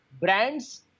brands